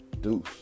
Deuce